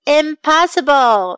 impossible